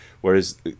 Whereas